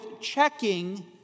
checking